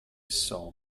saw